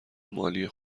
مالی